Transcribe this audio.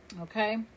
okay